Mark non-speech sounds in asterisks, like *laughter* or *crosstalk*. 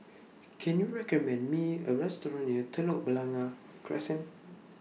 Can YOU recommend Me A Restaurant near *noise* Telok Blangah Crescent